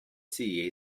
see